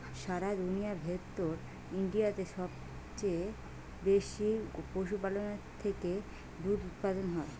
সারা দুনিয়ার ভেতর ইন্ডিয়াতে সবচে বেশি পশুপালনের থেকে দুধ উপাদান হয়